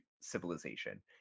civilization